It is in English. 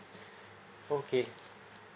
okay